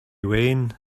wayne